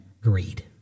greed